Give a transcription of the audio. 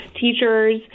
teachers